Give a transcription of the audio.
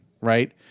Right